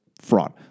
fraud